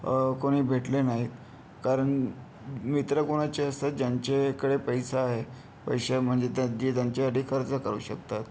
कोणी भेटले नाहीत कारण मित्र कोणाचे असतात ज्यांचे इकडे पैसा आहे पैसे म्हणजे त्यां ते त्यांच्यासाठी खर्च करू शकतात